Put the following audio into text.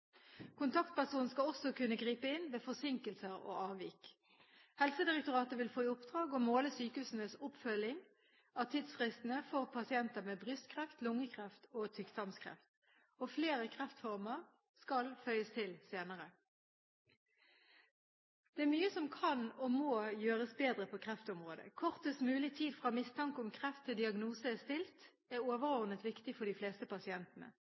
Kontaktpersonen skal også kunne gripe inn ved forsinkelser og avvik. Helsedirektoratet vil få i oppdrag å måle sykehusenes oppfølging av tidsfristene for pasienter med brystkreft, lungekreft og tykktarmskreft. Flere kreftformer skal føyes til senere. Det er mye som kan og må gjøres bedre på kreftområdet. Kortest mulig tid fra mistanke om kreft til diagnose er stilt, er overordnet viktig for de fleste pasientene,